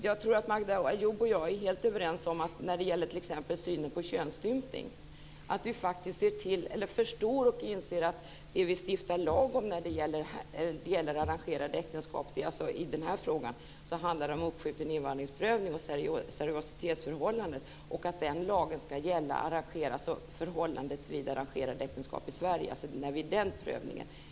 Jag tror att Magda Ayoub och jag är helt överens när det gäller t.ex. synen på könsstympning. Vi förstår och inser att det vi stiftar lag om när det gäller arrangerade äktenskap - i denna fråga handlar det om uppskjuten invandringsprövning och seriositetsförhållandet - ska gälla förhållandet vid arrangerade äktenskap i Sverige. Det är den prövningen.